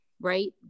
right